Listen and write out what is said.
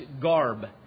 garb